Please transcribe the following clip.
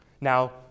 Now